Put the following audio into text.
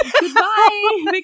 Goodbye